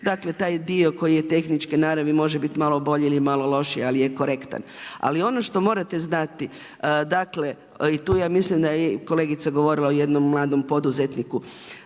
Dakle taj dio koji je tehničke naravi može biti malo bolje ili malo lošiji ali je korektan. Ali ono što morate znati i tu ja mislim da je kolegica govorila o jednom mladom poduzetniku,